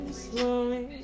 slowly